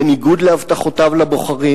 בניגוד להבטחותיו לבוחרים.